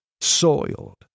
soiled